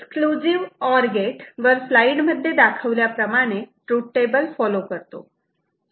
exclusive or gate वर slide मध्ये दाखवल्याप्रमाणे तृथ टेबल फॉलो करतो